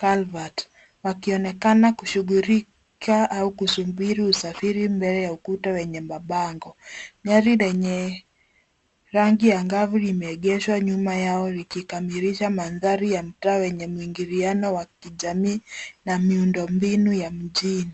culvert wakionekana kushughulika au kusubiri usafiri mbele ya ukuta wenye mabango. Gari lenye rangi angavu limeegeshwa nyuma yao likikamilisha mandhari ya mtaa wenye mwingiliano wa kijamii na miundombinu ya mjini.